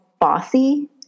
bossy